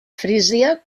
frísia